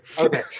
Okay